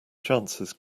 chances